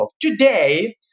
today